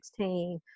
2016